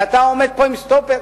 ואתה עומד פה עם סטופר.